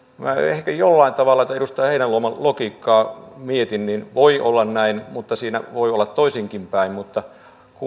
ehkä jollain tavalla kun edustaja heinäluoman logiikkaa mietin voi olla näin mutta siinä voi olla toisinkinpäin